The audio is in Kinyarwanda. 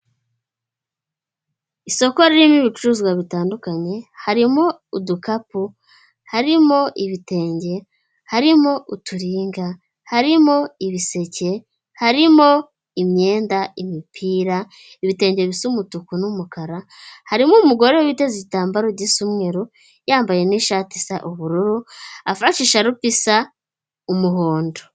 Isoko ririmo ibicuruzwa bitandukanye harimo udukapu, harimo ibitenge, harimo uturinga, harimo ibiseke, harimo imyenda, imipira, ibitenge bisu umutuku, n'umukara, harimo umugore witeze igitambaro gisa umweru yambaye n'ishati isa ubururu afashe ishirupe isa umuhondo.